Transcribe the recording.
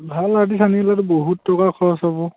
ভাল আৰ্টিষ্ট আনিলেতো বহুত টকা খৰচ হ'ব